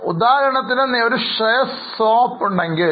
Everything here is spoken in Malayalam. ഉദാഹരണത്തിന് ഒരു ഷെയർ സ്വാപ്പ് ഉണ്ടെങ്കിൽ